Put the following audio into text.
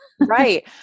Right